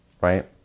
right